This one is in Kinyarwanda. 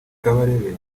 kabarebe